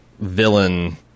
villain